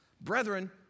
brethren